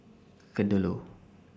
Kadaloor